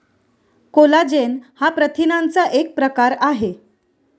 collagen हा प्रथिनांचा एक प्रकार आहे